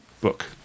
book